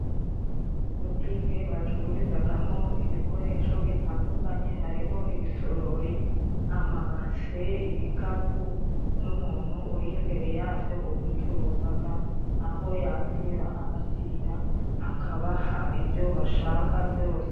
Butike bacururizagamo ibikoresho bitandukanye harimo: ibisorori, amabase, ibikapu, n' umuntu uri imbere yabyo ubicuruzaga aho yakira abakiriya akabaha ibyo bashaka byose.